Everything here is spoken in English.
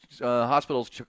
Hospitals